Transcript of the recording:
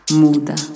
muda